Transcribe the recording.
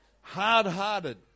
hard-hearted